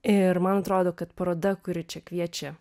ir man atrodo kad paroda kuri čia kviečia